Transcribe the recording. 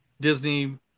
Disney